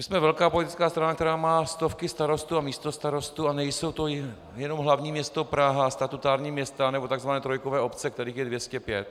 My jsme velká politická strana, která má stovky starostů a místostarostů, a nejsou to jenom hlavní město Praha, statutární města nebo takzvané trojkové obce, kterých je 205.